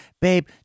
Babe